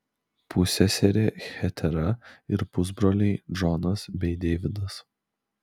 pusseserė hetera ir pusbroliai džonas bei deividas